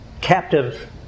captive